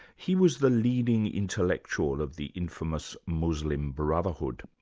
he was the leading intellectual of the infamous muslim brotherhood.